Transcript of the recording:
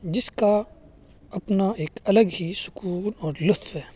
جس کا اپنا ایک الگ ہی سکون اور لطف ہے